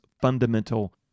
fundamental